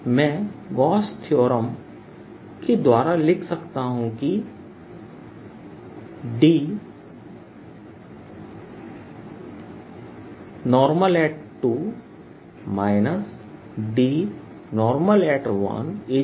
मैं Gauss theorem Theorem के द्वारा लिख सकता हूं कि D2 D1free